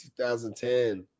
2010